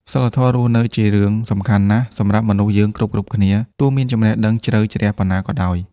សីលធម៌រស់នៅជារឿង សំខាន់ណាស់សម្រាប់មនុស្សយើងគ្រប់ៗគ្នា ទោះមានចំណេះដឹងជ្រៅជ្រះប៉ុណ្ណាក៏ដោយ។